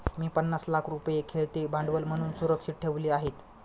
मी पन्नास लाख रुपये खेळते भांडवल म्हणून सुरक्षित ठेवले आहेत